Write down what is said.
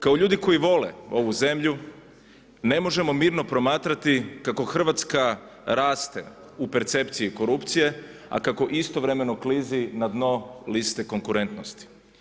Kao ljudi koji vole ovu zemlju ne možemo mirno promatrati kako Hrvatska raste u percepciji korupcije, a kako istovremeno klizi na dno liste konkurentnosti.